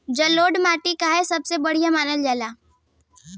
जलोड़ माटी काहे सबसे बढ़िया मानल जाला?